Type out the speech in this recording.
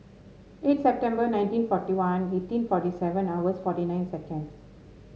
eight September nineteen forty one eighteen forty seven hours forty nine seconds